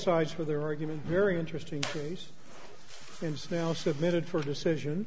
sides for their argument very interesting case and is now submitted for decision